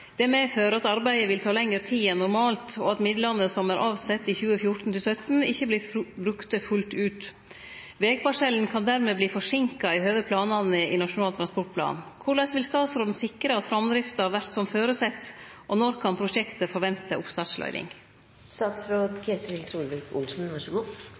medfører at arbeidet vil ta lengre tid enn normalt, og at midlane som er avsett i 2014–2017, ikkje blir brukte fullt ut. Vegparsellen kan dermed bli forsinka i høve planane i NTP. Korleis vil statsråden sikre at framdrifta vert som føresett, og når kan prosjektet forvente